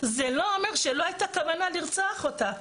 זה לא אומר שלא הייתה כוונה לרצוח אותה,